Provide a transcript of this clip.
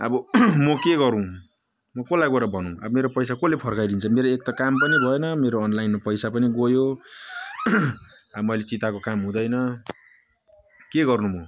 अब म के गरौँ म कसलाई गएर भनौँ अब मेरो पैसा कसले फर्काइदिन्छ मेरो एक त काम पनि भएन मेरो अनलाइन पैसा पनि गयो अब मैले चिताएको काम हुँदैन के गर्नु म